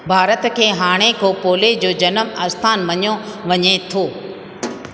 भारत खे हाणेकि पोले जो जनमु आस्थानु मञो वञे थो